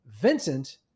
Vincent